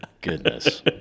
goodness